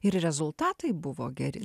ir rezultatai buvo geri